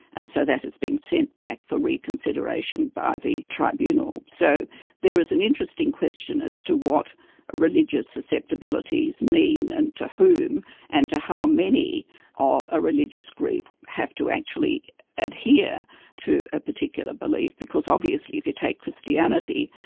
and so that has been sent back for reconsideration by the tribunal. so there is an interesting question as to what religious susceptibilities mean and to whom and to how many of a religious group have to actually adhere to a particular belief, because obviously if you take christianity,